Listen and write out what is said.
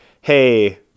hey